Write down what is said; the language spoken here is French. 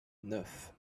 neuf